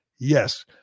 Yes